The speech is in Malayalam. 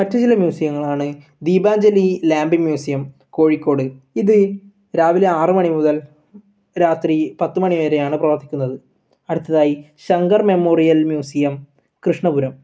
മറ്റുചില മ്യൂസിയങ്ങളാണ് ദീപാഞ്ജലി ലാമ്പിൻ മ്യൂസിയം കോഴിക്കോട് ഇത് രാവിലെ ആറുമണി മുതൽ രാത്രി പത്ത് മണി വരെയാണ് പ്രവർത്തിക്കുന്നത് അടുത്തതായി ശങ്കർ മെമ്മോറിയൽ മ്യൂസിയം കൃഷ്ണപുരം